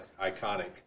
iconic